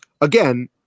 again